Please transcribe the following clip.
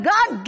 God